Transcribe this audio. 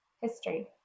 History